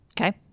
okay